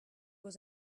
was